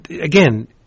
again